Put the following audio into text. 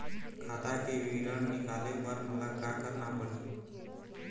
खाता के विवरण निकाले बर मोला का करना पड़ही?